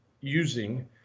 using